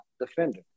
defender